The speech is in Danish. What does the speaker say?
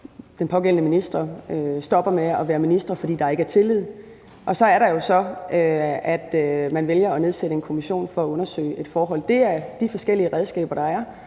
den pågældende minister stopper med at være minister, fordi der ikke er tillid, og så er der jo så det, at man kan vælge at nedsætte en kommission for at undersøge et forhold. Det er de forskellige redskaber, der er,